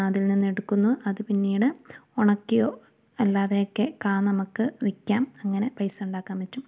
അതിൽ നിന്നെടുക്കുന്നു അത് പിന്നീട് ഉണ്ടാക്കിയോ അല്ലാതെ ഒക്കെ കാ നമുക്ക് വിൽക്കാം അങ്ങനെ പൈസ ഉണ്ടാക്കാൻ പറ്റും